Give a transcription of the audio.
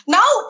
now